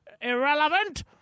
irrelevant